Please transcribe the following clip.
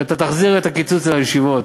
שאתה תחזיר את סכום הקיצוץ לישיבות,